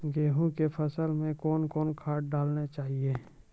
गेहूँ के फसल मे कौन कौन खाद डालने चाहिए?